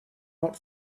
not